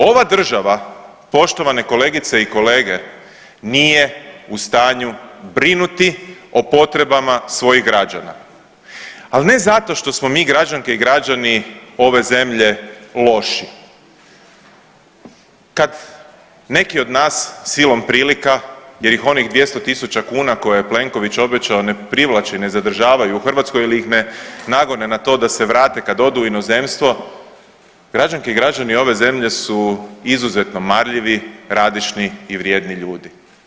Ova država poštovane kolegice i kolege, nije u stanju brinuti o potrebama svojih građana, ali ne zato što smo mi građanke i građani ove zemlje loši kad neki od nas silom prilika jer ih onih 200.000 kuna koje je Plenković obećao ne privlači i ne zadržava u Hrvatskoj ili ih ne nagone na to da se vrate kad odu u inozemstvo, građanke i građani ove zemlje su izuzetno marljivi, radišni i vrijedni ljudi.